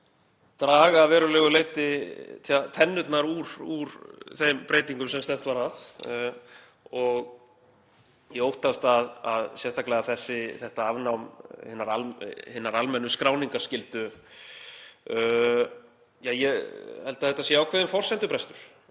draga að verulegu leyti tennurnar úr þeim breytingum sem stefnt var að. Ég óttast sérstaklega afnám hinnar almennu skráningarskyldu. Ég held að þetta sé ákveðinn forsendubrestur.